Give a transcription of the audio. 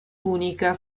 unica